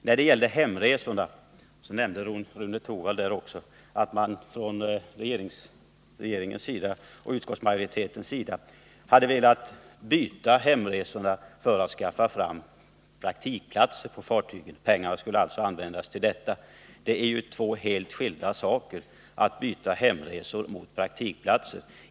I fråga om hemresorna nämnde Rune Torwald att regeringen och utskottsmajoriteten velat slopa dessa för att få pengar till praktikplatser på fartygen. Hemresor och praktikplatser är emellertid två helt skilda saker.